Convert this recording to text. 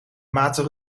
maten